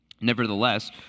Nevertheless